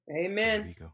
Amen